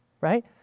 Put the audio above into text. right